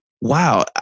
wow